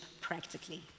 practically